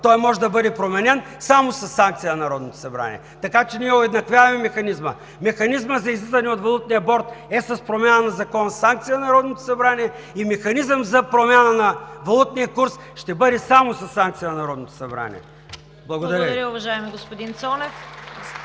Той може да бъде променен само със санкция на Народното събрание. Така че ние уеднаквяваме механизма. Механизмът за излизане от валутния борд е с промяна на Закона – санкция на Народното събрание, и механизмът за промяна на валутния курс ще бъде само със санкция на Народното събрание. Благодаря Ви. (Ръкопляскания от